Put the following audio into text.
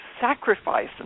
sacrifice